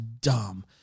dumb